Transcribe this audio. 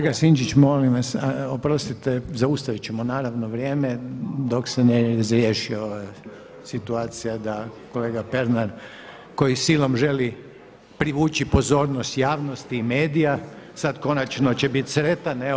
Kolega Sinčić molim vas, oprostite zaustavit ćemo naravno vrijeme dok se ne razriješi ova situacija da kolega Pernar koji silom želi privući pozornost javnost i medija sad konačno će biti sretan.